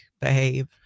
behave